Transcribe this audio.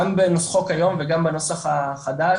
גם בחוק היום וגם בנוסח החדש,